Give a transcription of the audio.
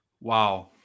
Wow